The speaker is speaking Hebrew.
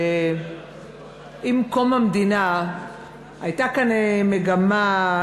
עם קום המדינה הייתה כאן מגמה,